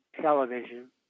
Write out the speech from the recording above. television